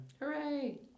Hooray